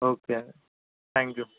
okay thank you